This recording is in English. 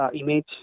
image